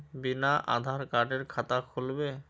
बिना आधार कार्डेर खाता खुल बे?